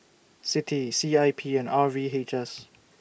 CITI C I P and R V H S